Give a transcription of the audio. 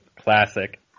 Classic